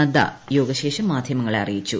നദ്ദ യോഗ ശേഷം മാധ്യമങ്ങളെ അറിയിച്ചു